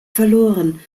verloren